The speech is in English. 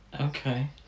Okay